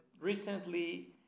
recently